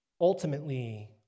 Ultimately